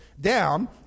down